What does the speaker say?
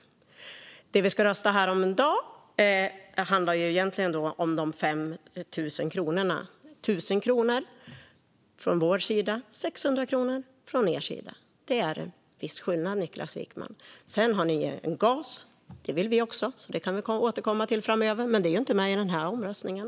Det kammaren ska rösta om här i dag handlar egentligen om de 5 000 kronorna. Det är 1 000 kronor från vår sida och 600 kronor från er sida. Det är en viss skillnad, Niklas Wykman. Sedan har ni en gas. Det vill vi också ha. Det kan vi återkomma till framöver. Men det är inte med i den här omröstningen.